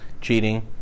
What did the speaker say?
Cheating